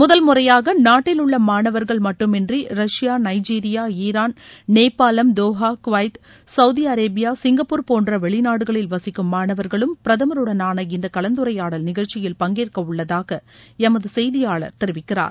முதல் முறையாக நாட்டிலுள்ள மாணவர்கள் மட்டுமின்றி ரஷ்யா நைஜீரியா ஈரான் நேபாளம் Doha Kuwait Saudi Arabia Singapore போன்ற வெளிநாடுகளில் வசிக்கும் மாணவர்களும் பிரதமருடனான இந்த கலந்துரையாடல் நிகழ்ச்சியில் பங்கேற்க உள்ளதாக எமது செய்தியாளர் தெரிவிக்கிறார்